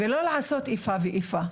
לא לעשות איפה ואיפה.